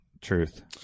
Truth